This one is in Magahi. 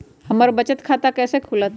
हमर बचत खाता कैसे खुलत?